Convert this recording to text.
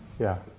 yeah.